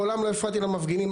מעולם לא הפרעתי למפגינים.